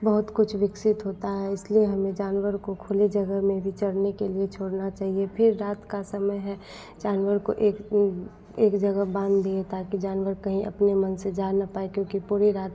बहुत कुछ विकसित होता है इसलिए हमें जानवर को खुली जगह में चरने के लिए छोड़ना चाहिए फ़िर रात का समय है जानवर को एक एक जगह पर बांधिए ताकि जानवर कहीं अपने मन से जा न पाएं क्योंकि पूरी रात